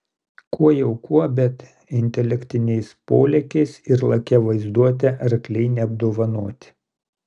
kuo jau kuo bet intelektiniais polėkiais ir lakia vaizduote arkliai neapdovanoti